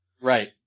right